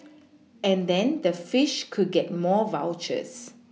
and then the fish could get more vouchers